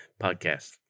podcast